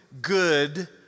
good